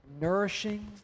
nourishing